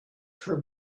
her